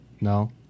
no